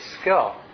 skill